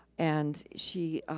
and she